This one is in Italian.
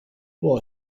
può